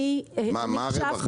מה הרווח?